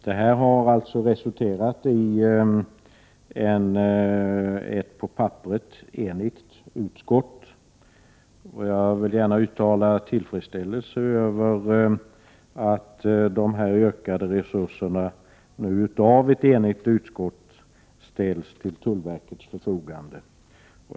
Detta har alltså resulterat i ett på papperet enigt utskottsförslag. Jag vill gärna uttala tillfredsställelse över att ökade resurser, efter förslag av ett enigt utskott, nu ställs till tullverkets förfogande.